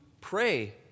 pray